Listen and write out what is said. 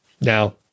Now